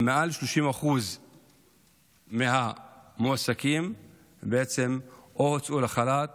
מעל 30% מהמועסקים בעצם או הוצאו לחל"ת